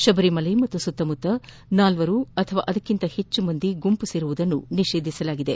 ಶಬರಿಮಲೆ ಮತ್ತು ಸುತ್ತಮುತ್ತ ನಾಲ್ವರು ಅಥವಾ ಅದಕ್ಕಿಂತ ಹೆಚ್ಚು ಜನರು ಗುಂಪು ಸೇರುವುದನ್ನು ನಿಷೇಧಿಸಲಾಗಿದೆ